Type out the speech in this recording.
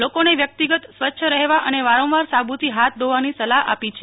લોકોને વ્યક્તિગત સ્વચ્છ રહેવા અને વારંવાર સાબૂથી હાથ ધોવાની સલાહ આપી છે